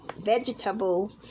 vegetable